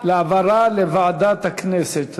העברה לוועדת הכנסת?